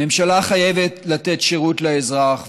הממשלה חייבת לתת שירות לאזרח,